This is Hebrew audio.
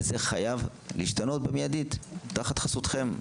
וזה חייב להשתנות מידית תחת חסותכם.